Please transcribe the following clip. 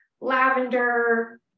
lavender